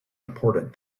important